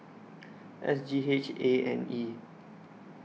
S G H A and E